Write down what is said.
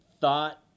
thought